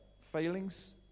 failings